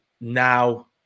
now